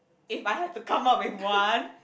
if I have to come up with one